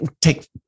take